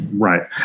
Right